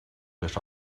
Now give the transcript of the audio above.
les